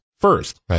first